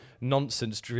nonsense